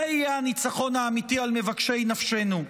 זה יהיה הניצחון האמיתי על מבקשי נפשנו.